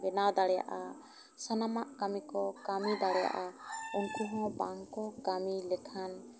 ᱵᱮᱱᱟᱣ ᱫᱟᱲᱮᱭᱟᱜᱼᱟ ᱥᱟᱱᱟᱢᱟᱜ ᱠᱟᱹᱢᱤ ᱠᱚ ᱠᱟᱹᱢᱤ ᱫᱟᱲᱮᱭᱟᱜᱼᱟ ᱩᱱᱠᱩ ᱦᱚᱸ ᱵᱟᱝ ᱠᱚ ᱠᱟᱹᱢᱤ ᱞᱮᱠᱷᱟᱱ